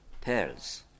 pearls